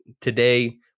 today